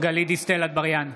גלית דיסטל אטבריאן,